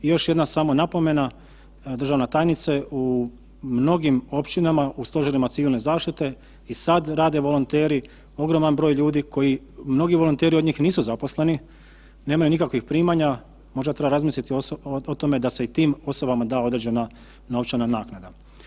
I još jedna samo napomena, državna tajnice u mnogim općinama u stožerima Civilne zaštite sad rade volonteri, ogroman broj ljudi koji, mnogi volonteri od njih nisu zaposleni, nemaju nikakvih primanja, možda treba razmisliti o tome da se i tim osobama da određena novčana naknada.